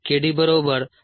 Kd 2